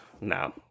No